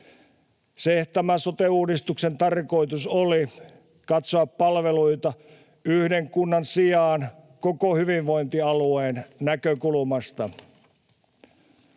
Tämän sote-uudistuksen tarkoitus oli katsoa palveluita yhden kunnan sijaan koko hyvinvointialueen näkökulmasta.